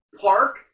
park